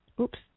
Oops